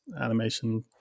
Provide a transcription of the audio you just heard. animation